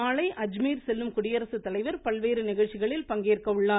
நாளை அஜ்மீர் செல்லும் குடியரசுத்தலைவர் பல்வேறு நிகழ்ச்சிகளில் பங்கேற்க உள்ளார்